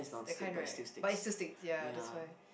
that kind right but it still stick ya that's why